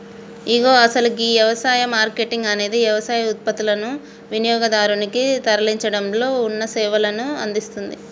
ఇగో అసలు గీ యవసాయ మార్కేటింగ్ అనేది యవసాయ ఉత్పత్తులనుని వినియోగదారునికి తరలించడంలో ఉన్న సేవలను అందిస్తుంది